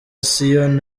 siyoni